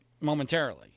momentarily